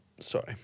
Sorry